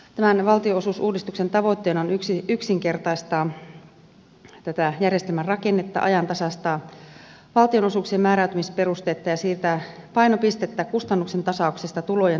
tämän valtionosuusuudistuksen tavoitteena on yksinkertaistaa tätä järjestelmän rakennetta ajantasaistaa valtionosuuksien määräytymisperustetta ja siirtää painopistettä kustannuksien tasauksesta tulojen tasaukseen